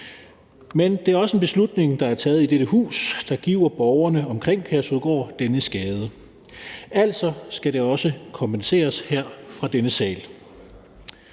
Men det er også en beslutning, der er taget i dette hus, der giver borgerne omkring Kærshovedgård denne skade. Altså skal det også kompenseres her fra denne sal.